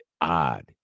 odd